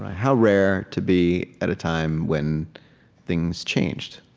how rare to be at a time when things changed,